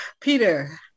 Peter